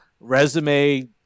resume